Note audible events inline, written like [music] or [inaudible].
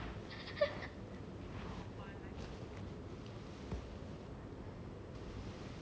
[laughs]